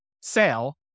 sale